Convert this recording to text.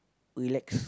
relax